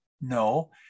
No